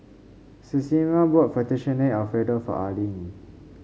Ximena bought Fettuccine Alfredo for Arlyne